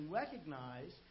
recognize